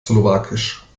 slowakisch